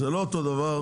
זה לא אותו דבר,